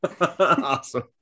awesome